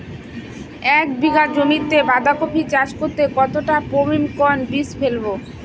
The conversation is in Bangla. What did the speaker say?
এক বিঘা জমিতে বাধাকপি চাষ করতে কতটা পপ্রীমকন বীজ ফেলবো?